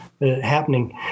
happening